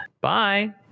Bye